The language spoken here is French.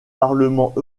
parlement